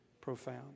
profound